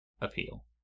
appeal